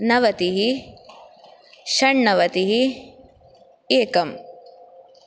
नवतिः षण्णवतिः एकम्